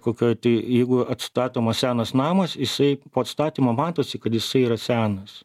kokioj tai jeigu atstatomas senas namas jisai po atstatymo matosi kad jisai yra senas